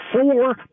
four